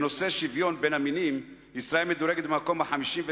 בנושא שוויון בין המינים ישראל מדורגת במקום ה-56.